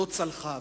לא צלחה.